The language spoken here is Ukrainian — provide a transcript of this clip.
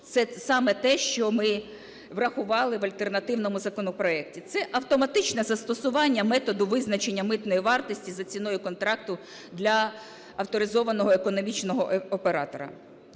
це саме те, що ми врахували в альтернативному законопроекті. Це автоматичне застосування методу визначення митної вартості за ціною контракту для авторизованого економічного оператора.